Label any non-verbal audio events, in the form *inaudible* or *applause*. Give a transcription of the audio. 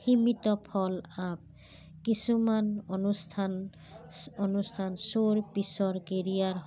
সীমিত ফল *unintelligible* কিছুমান অনুষ্ঠান অনুষ্ঠান চোৰ পিছৰ কেৰিয়াৰ